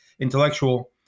intellectual